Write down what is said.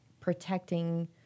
protecting